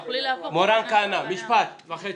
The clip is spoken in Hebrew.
מורן כהנא בבקשה.